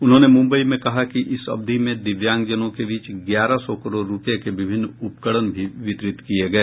उन्होंने मुंबई में कहा कि इस अवधि में दिव्यांगजनों के बीच ग्यारह सौ करोड़ रुपए के विभिन्न उपकरण भी वितरित किए गए